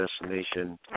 destination